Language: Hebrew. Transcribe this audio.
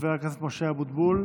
חבר הכנסת משה אבוטבול,